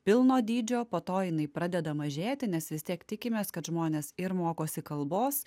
pilno dydžio po to jinai pradeda mažėti nes vis tiek tikimės kad žmonės ir mokosi kalbos